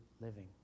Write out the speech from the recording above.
living